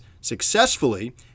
successfully